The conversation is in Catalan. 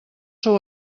sou